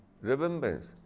remembrance